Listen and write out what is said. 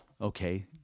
Okay